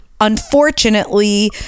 unfortunately